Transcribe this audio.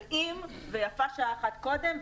להלאים, ויפה שעה אחת קודם.